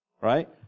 right